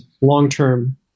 long-term